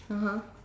(uh huh)